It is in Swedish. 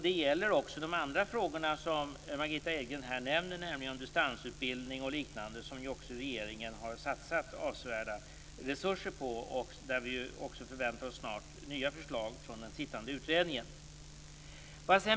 Det gäller även de andra frågorna som Margitta Edgren nämner här, nämligen distansutbildning och liknande som regeringen har satsat avsevärda resurser på, och vi förväntar oss snart nya förslag beträffande detta från den sittande utredningen.